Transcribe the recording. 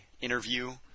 interview